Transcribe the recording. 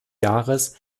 jahres